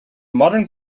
modern